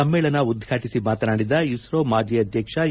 ಸಮ್ಮೇಳನ ಉದ್ಘಾಟಿಸಿ ಮಾತನಾಡಿದ ಇಸ್ರೋ ಮಾಜಿ ಅಧ್ಯಕ್ಷ ಎ